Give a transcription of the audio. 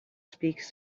speaks